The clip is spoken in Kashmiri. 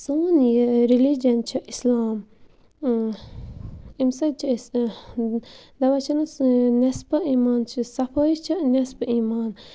سون یہِ ریلِجَن چھِ اِسلام امہِ سۭتۍ چھِ أسۍ دَپان چھِنہ سٲنۍ نٮ۪صفہٕ ایٖمان چھِ صفٲیی چھِ نٮ۪صفہٕ ایٖمان